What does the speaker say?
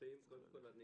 קודם כל, אני